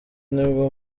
nibwo